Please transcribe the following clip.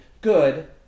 good